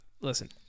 Listen